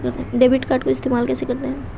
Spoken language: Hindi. डेबिट कार्ड को इस्तेमाल कैसे करते हैं?